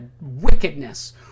wickedness